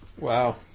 Wow